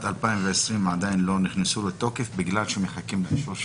2020 עדיין לא נכנסו לתוקף בגלל שמחכים לאישור התקנות.